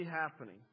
happening